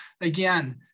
again